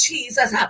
Jesus